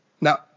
Now